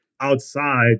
outside